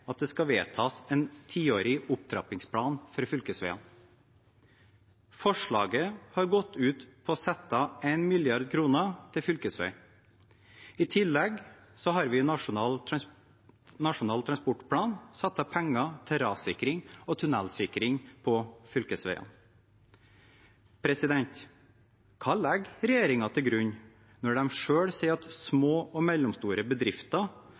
at det skal vedtas en tiårig opptrappingsplan for fylkesveiene. Forslaget har gått ut på å sette av 1 mrd. kr til fylkesvei. I tillegg har vi i Nasjonal transportplan satt av penger til rassikring og tunnelsikring på fylkesveiene. Hva legger regjeringen til grunn når de selv sier at små og mellomstore bedrifter